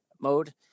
mode